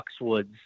Foxwoods